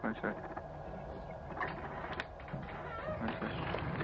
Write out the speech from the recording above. হয় ছাৰ হয় ছাৰ